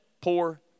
poor